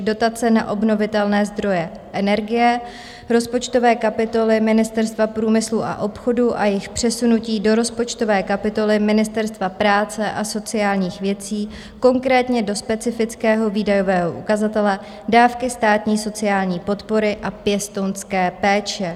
Dotace na obnovitelné zdroje energie z rozpočtové kapitoly Ministerstva průmyslu a obchodu a jejich přesunutí do rozpočtové kapitoly Ministerstva práce a sociálních věcí, konkrétně do specifického výdajového ukazatele Dávky státní sociální podpory a pěstounské péče.